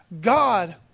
God